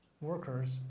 workers